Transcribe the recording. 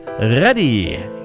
ready